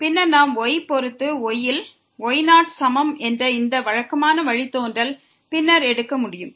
பின்னர் நாம் y பொறுத்து y ல் y0 சமம் என்ற இந்த வழக்கமான வழித்தோன்றல் பின்னர் எடுக்க முடியும்